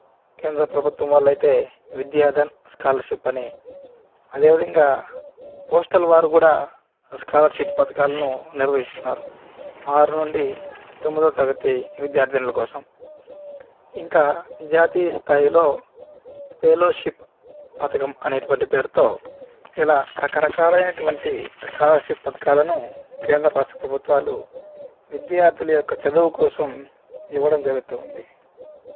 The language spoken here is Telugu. కేంద్ర ప్రభుత్వం వాళ్ళు అయితే విద్యాధన్ స్కాలర్షిప్ అని అదే విధంగా పోస్టల్ వారు కూడా స్కాలర్షిప్ పథకాలను నిర్వహిస్తున్నారు ఆరు నుండి తొమ్మిదో తరగతి విద్యార్థినుల కోసం ఇంకా జాతీయస్థాయిలో ఫేలోషిప్ పథకం అనేటువంటి పేరుతో ఇలా రకరకాలైన అటువంటి స్కాలర్షిప్ పథకాలను కేంద్ర రాష్ట్ర ప్రభుత్వాలు విద్యార్థుల యొక్క చదువు కోసం ఇవ్వడం జరుగుతూ ఉంది